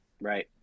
right